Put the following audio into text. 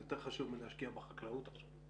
זה יותר חשוב מלהשקיע בחקלאות עכשיו.